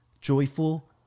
joyful